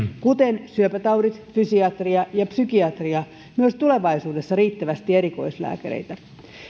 kuten syöpätaudit fysiatria ja psykiatria myös tulevaisuudessa riittävästi erikoislääkäreitä